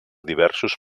diversos